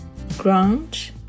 Grunge